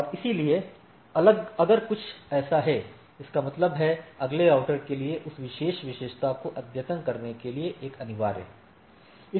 और इसलिए अगर कुछ ऐसा है इसका मतलब है अगले राउटर के लिए उस विशेष विशेषता को अद्यतन करने के लिए एक अनिवार्य है